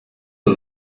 für